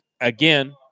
again